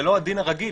זה לא הדין הרגיל.